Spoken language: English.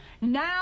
Now